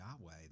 Yahweh